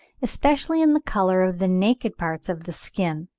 especially in the colour of the naked parts of the skin,